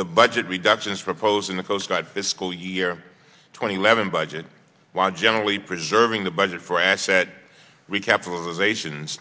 the budget reductions proposed in the coast guard fiscal year twenty levin budget while generally preserving the budget for asset recapitalization